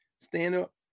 stand-up